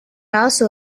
also